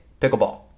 pickleball